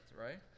right